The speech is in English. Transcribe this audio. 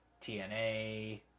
TNA